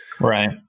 Right